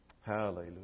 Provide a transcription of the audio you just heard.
Hallelujah